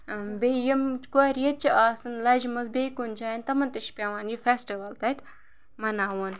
بیٚیہِ یِم کورِ ییٚتہِ چہِ آسَن لَجِمَژٕ بیٚیہِ کُنہِ جایَن تِمَن تہِ چھِ پیٚوان یہِ فیسٹِوَل تَتہِ مَناوُن